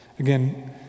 Again